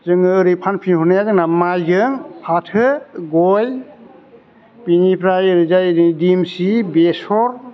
जोङो ओरै फानफिनहरनाया जोंना माइजों फाथो गय बिनिफ्राय ओरैजाय देमसि बेसर